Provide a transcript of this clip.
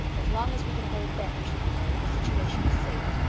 as long as we can hold them, she declared, the situation is saved.